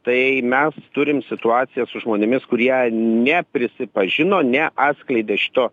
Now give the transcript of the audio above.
tai mes turim situaciją su žmonėmis kurie neprisipažino neatskleidė šito